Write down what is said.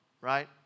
right